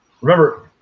remember